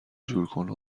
جورکنه